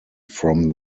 from